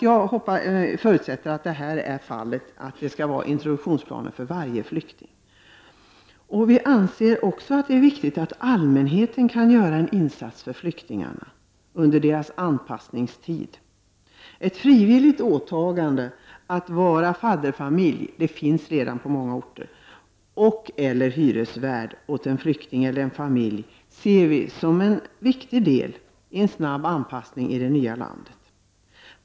Jag förutsätter därför att det upprättas introduktionsplaner för varje flykting. Vi anser också att det är viktigt att allmänheten gör en insats för flyktingarna under deras anpassningstid i landet. Frivilliga åtaganden som fadderfamilj förekommer redan på många orter. Man kan också vara hyresvärd åt en flyktingfamilj. Det ser vi som en viktig del i strävan att snabbt anpassa flyktingar till förhållandena i det nya landet.